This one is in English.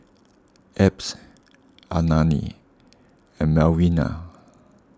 Abbs Alani and Malvina